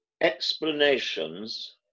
explanations